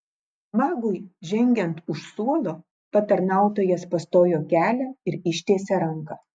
magui žengiant už suolo patarnautojas pastojo kelią ir ištiesė ranką